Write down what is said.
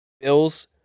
Bills